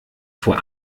vor